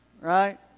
Right